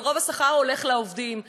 אבל רוב השכר הולך לעובדים.